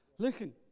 Listen